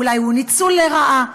אולי ניצול לרעה?